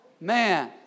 Man